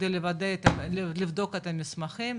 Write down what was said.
כדי לבדוק את המסמכים.